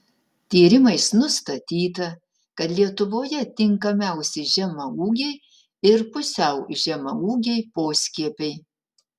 tyrimais nustatyta kad lietuvoje tinkamiausi žemaūgiai ir pusiau žemaūgiai poskiepiai